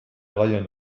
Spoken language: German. reihe